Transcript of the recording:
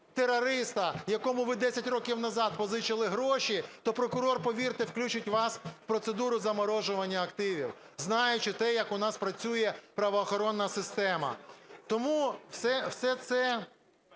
терориста, якому ви 10 років назад позичили гроші, то прокурор, повірте, включить вас в процедуру замороження активів, знаючи те, як у нас працює правоохоронна система. Тому все це